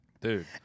Dude